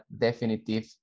definitive